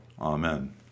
Amen